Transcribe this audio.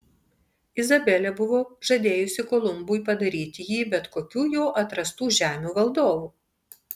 izabelė buvo žadėjusi kolumbui padaryti jį bet kokių jo atrastų žemių valdovu